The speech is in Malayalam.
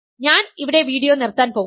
ഞാൻ ഇവിടെ വീഡിയോ നിർത്താൻ പോകുന്നു